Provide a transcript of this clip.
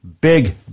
Big